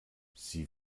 sie